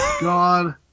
God